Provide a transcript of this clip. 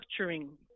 structuring